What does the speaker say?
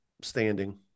standing